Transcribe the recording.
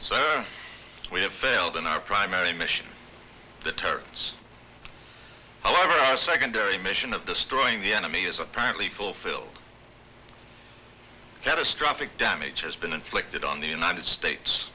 so we have failed in our primary mission the terms are secondary mission of destroying the enemy is apparently fulfilled catastrophic damage has been inflicted on the united states